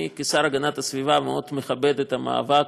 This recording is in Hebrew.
אני, כשר להגנת הסביבה, מאוד מכבד את המאבק